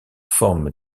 forme